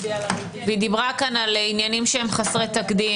והיא דיברה כאן על עניינים שהם חסרי תקדים,